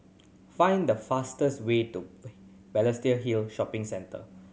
find the fastest way to Balestier Hill Shopping Centre